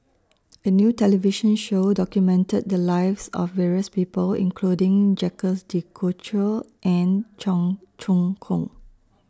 A New television Show documented The Lives of various People including Jacques De Coutre and Cheong Choong Kong